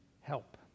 help